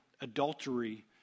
adultery